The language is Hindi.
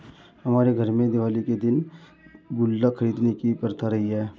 हमारे घर में दिवाली के दिन गुल्लक खरीदने की प्रथा रही है